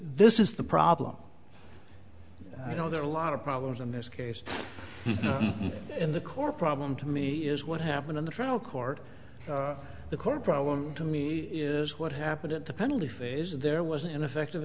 this is the problem you know there are a lot of problems in this case in the core problem to me is what happened in the trial court the core problem to me is what happened at the penalty phase if there was ineffective